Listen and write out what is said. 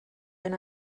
wenn